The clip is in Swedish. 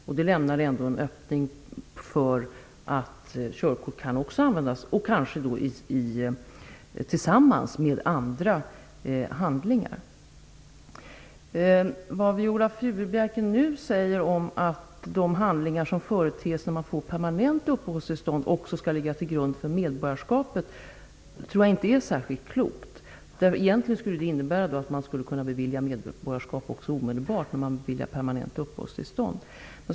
Detta lämnar ändå en öppning för att kökort också kan användas och då kanske tillsammans med andra handlingar. Vad Viola Furubjelke nu säger om att de handlingar som företes när man får permanent uppehållstillstånd också skall ligga till grund för medborgarskapet tror jag inte är särskilt klokt. Egentligen skulle det innebära att man skulle kunna bevilja medborgarskap omedelbart när permanent uppehållstillstånd beviljas.